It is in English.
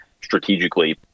strategically